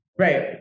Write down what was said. Right